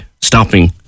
stopping